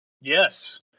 Yes